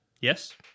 Yes